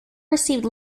received